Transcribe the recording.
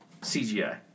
CGI